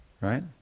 right